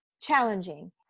challenging